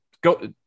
go